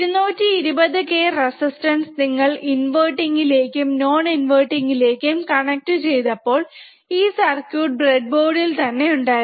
220k resistors നിങ്ങൾ ഇൻവെർട്ടിങ്ലേക്കും non ഇൻവെർട്ടിങ്ലേക്കും കണക്ട് ചെയ്തപ്പോൾ ഈ സർക്യൂട്ട് ബ്രെഡ് ബോർഡിൽ തന്നെ ഉണ്ടായിരുന്നു